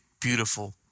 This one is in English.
beautiful